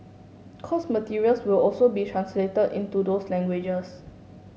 course materials will also be translated into those languages